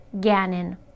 Gannon